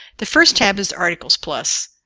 the first tab is articles plus.